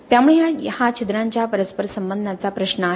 त्यामुळे हा छिद्रांच्या परस्परसंबंधाचा प्रश्न आहे